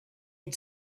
had